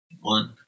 one